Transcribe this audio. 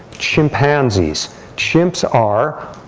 chimpanzees chimps are